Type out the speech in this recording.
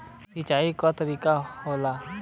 सिंचाई क तरीका होला